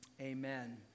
Amen